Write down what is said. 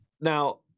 now